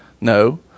No